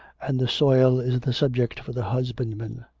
and the soil is the subject for the husbandman.